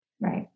Right